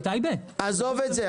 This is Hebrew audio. --- אדוני, עזוב את זה.